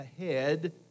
ahead